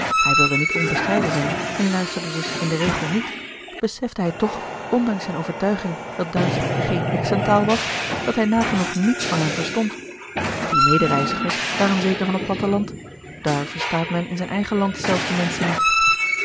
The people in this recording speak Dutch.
hij wilde niet onbescheiden zijn en luisterde dus in den regel niet besefte hij toch ondanks zijne overtuiging dat duitsch geen heksentaal was dat hij nagenoeg niets van hen verstond die medereizigers waren zeker van het platte land daar verstaat men in zijn eigen land zelfs de menschen niet